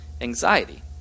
anxiety